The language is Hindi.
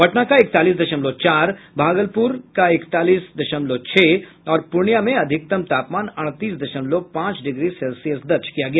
पटना का इकतालीस दशमलव चार भागलपुर इकतालीस दशमलव छह और पूर्णिया में अधिकतम तापमान अड़तीस दशमलव पांच डिग्री सेल्सियस दर्ज किया गया